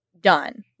done